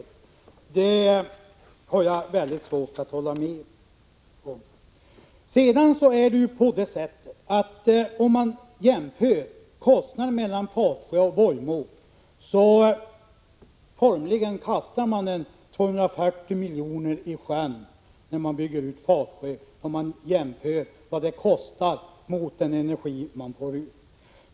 Det har jag mycket svårt att hålla med om. Om vi gör en kostnadsjämförelse mellan Fatsjö och Vojmå, finner vi att man formligen kastar 240 miljoner i sjön när man bygger ut Fatsjö — om kostnaden ställs mot den energi man får ut.